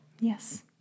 Yes